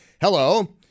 Hello